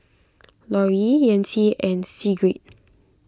Laurie Yancy and Sigrid